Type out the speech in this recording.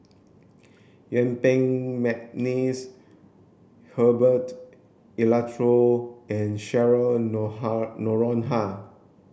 Yuen Peng McNeice Herbert Eleuterio and Cheryl Noronha